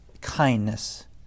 kindness